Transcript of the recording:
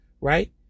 right